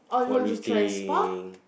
what do you think